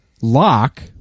lock